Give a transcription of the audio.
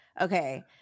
okay